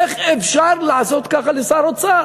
איך אפשר לעשות ככה לשר אוצר?